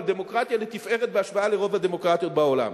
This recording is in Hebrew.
אבל דמוקרטיה לתפארת בהשוואה לרוב הדמוקרטיות בעולם.